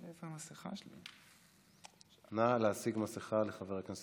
שלוש דקות